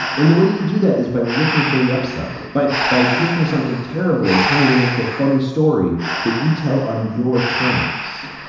and the way you do that is by looking for the upside, but by taking something terrible and turning it into a funny story that you tell on your terms.